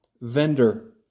vendor